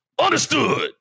understood